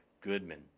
Goodman